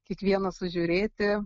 kiekvieną sužiūrėti